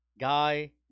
guy